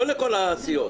לא לכל הסיעות?